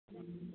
हूँ